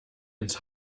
ins